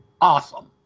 awesome